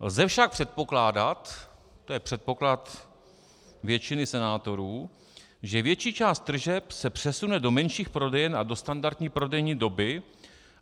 Lze však předpokládat to je předpoklad většiny senátorů , že větší část tržeb se přesune do menších prodejen a do standardní prodejní doby,